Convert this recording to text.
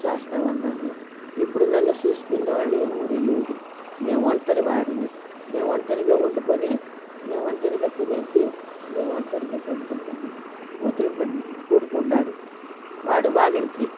చేస్తూ ఉన్నారు ఇప్పుడు నన్ను చూసుకునే వాళ్ళు ఎవ్వరూ లేరు నే ఒంటరి వాడిని నే ఒంటరిగా వండుకుని నే ఒంటరిగా తినేసి నే ఒంటరిగా పడుకుంటాను కూతురు బిడ్ కొడుకుండాడు వాడు వాలెంట్రీ